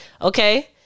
Okay